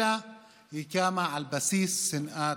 אלא היא קמה על בסיס שנאת